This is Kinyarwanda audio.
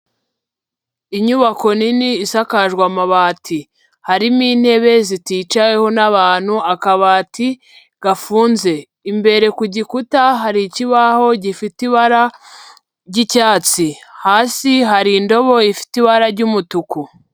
Inyubako nini isakajwe amabati, harimo intebe ziticaweho n'abantu, akabati gafunze, imbere ku gikuta hari ikibaho gifite ibara ry'icyatsi, hasi hari indobo ifite ibara ry'umutuku.